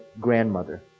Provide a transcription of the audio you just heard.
grandmother